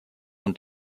und